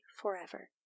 forever